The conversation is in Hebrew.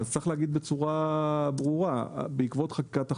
אז צריך להגיד בצורה ברורה בעקבות חקיקת החוק,